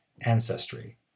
ancestry